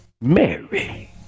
Mary